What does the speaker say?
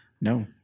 No